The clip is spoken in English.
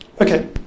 okay